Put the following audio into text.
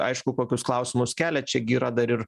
aišku kokius klausimus kelia čia gi yra dar ir